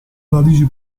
radici